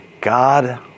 God